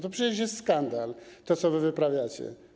To przecież jest skandal, co wy wyprawiacie.